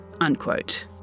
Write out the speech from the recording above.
unquote